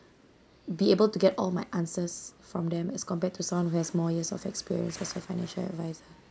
be able to get all my answers from them as compared to someone who has more years of experience was a financial advisor